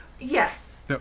Yes